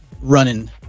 Running